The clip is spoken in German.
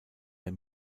der